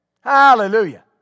Hallelujah